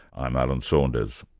i'm alan saunders.